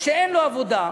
שאין לו עבודה,